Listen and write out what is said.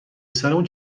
سرمون